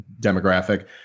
demographic